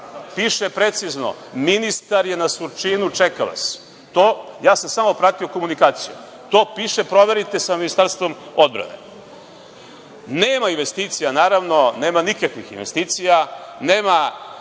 Piše precizno – ministar je na Surčinu, čeka vas. Ja sam samo pratio komunikaciju. To piše. Proverite sa Ministarstvom odbrane. Nema investicija, naravno, nema nikakvih investicija. Nema